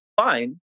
fine